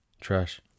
Trash